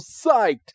psyched